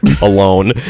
alone